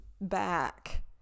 back